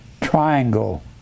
triangle